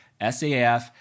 SAF